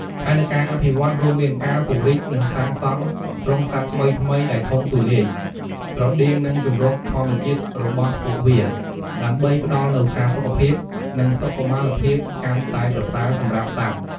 ផែនការអភិវឌ្ឍន៍រួមមានការពង្រីក និងសាងសង់ទ្រុងសត្វថ្មីៗដែលធំទូលាយ ស្រដៀងនឹងជម្រកធម្មជាតិរបស់ពួកវា ដើម្បីផ្តល់នូវផាសុកភាព និងសុខុមាលភាពកាន់តែប្រសើរសម្រាប់សត្វ។